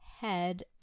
head